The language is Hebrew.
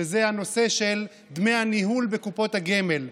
שזה הנושא של דמי הניהול בקופות הגמל,